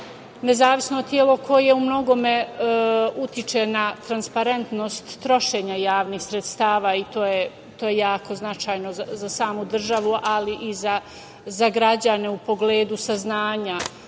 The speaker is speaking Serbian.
nezavisno telo koje u mnogome utiče na transparentnost trošenja javnih sredstava i to je jako značajno za samu državu, ali i za građane u pogledu saznanja